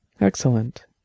Excellent